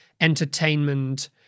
entertainment